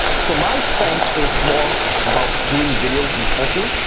so my strength is more about doing videos and talking,